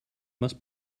must